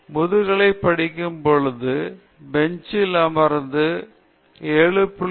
எனவே முதுகலை படிக்கும்பொழுது கடைசி பெஞ்சில் அமர்ந்து 7